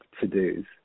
to-do's